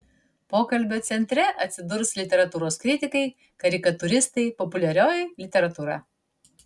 pokalbio centre atsidurs literatūros kritikai karikatūristai populiarioji literatūra